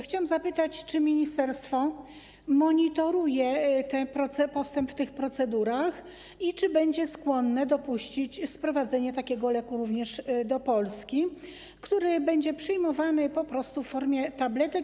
Chciałam zapytać, czy ministerstwo monitoruje postęp w tych procedurach i czy będzie skłonne dopuścić sprowadzenie takiego leku również do Polski, który będzie przyjmowany po prostu w formie tabletek.